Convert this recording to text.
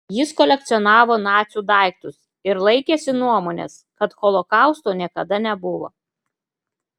jis kolekcionavo nacių daiktus ir laikėsi nuomonės kad holokausto niekada nebuvo